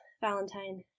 Valentine